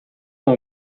com